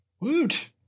Woot